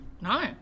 No